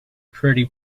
pretty